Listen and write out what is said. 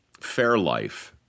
Fairlife